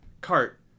cart